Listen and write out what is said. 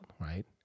right